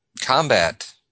combat